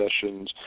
sessions